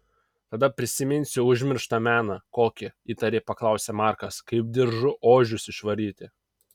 tada prisiminsiu užmirštą meną kokį įtariai paklausė markas kaip diržu ožius išvaryti